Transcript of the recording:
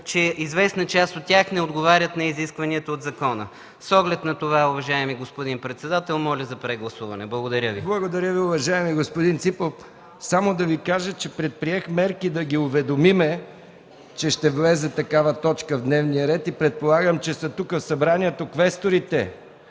че известна част от тях не отговарят на изискванията от закона. С оглед на това, уважаеми господин председател, моля за прегласуване. ПРЕДСЕДАТЕЛ МИХАИЛ МИКОВ: Благодаря, Ви уважаеми господин Ципов. Само да Ви кажа, че предприех мерки да ги уведомим, че ще влезе такава точка в дневния ред и предполагам, че кандидатите са тук, в Събранието. Квесторите,